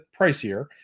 pricier